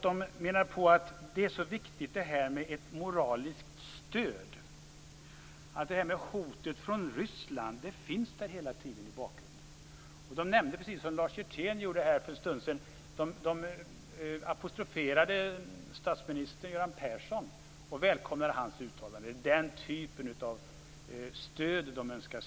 De menade att det är så viktigt med ett moraliskt stöd. Hotet från Ryssland finns hela tiden i bakgrunden. De apostroferade statsminister Göran Persson och välkomnade hans uttalande, precis som Lars Hjertén gjorde för en stund sedan. Det är den typen av stöd de önskar se.